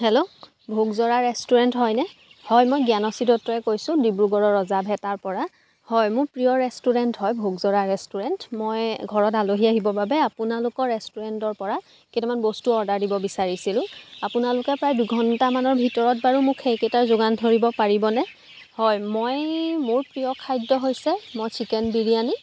hello Bhogjora restaurant হয়নে হয় মই জ্ঞানশ্ৰী দত্তই কৈছোঁ ডিব্ৰুগড়ৰ ৰজাভেটাৰপৰা হয় মোৰ প্ৰিয় ৰেষ্টুৰেণ্ট হয় ভোগজৰা ৰেষ্টুৰেণ্ট মই ঘৰত আলহী আহিবৰ বাবে আপোনালোকৰ ৰেষ্টুৰেণ্টৰপৰা কেইটামান বস্তু অৰ্ডাৰ দিব বিচাৰিছিলোঁ আপোনালোকে প্ৰায় দুঘণ্টা মানৰ ভিতৰত বাৰু মোক সেইকেইটা যোগান ধৰিব পাৰিবনে হয় মই মোৰ প্ৰিয় খাদ্য হৈছে মই চিকেন বিৰিয়ানী